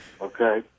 Okay